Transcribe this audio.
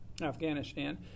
Afghanistan